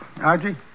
Archie